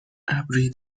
ابری